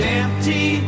empty